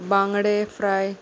बांगडे फ्राय